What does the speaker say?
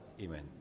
Amen